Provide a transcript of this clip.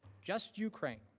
just ukraine.